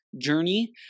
journey